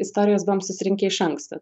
istorijas buvom susirinkę iš anksto